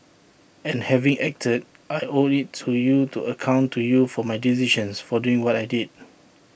and having acted I owe IT to you to account to you for my decisions for doing what I did